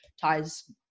ties